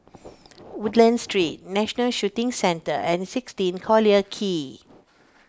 Woodlands Street National Shooting Centre and sixteen Collyer Quay